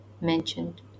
mentioned